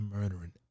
murdering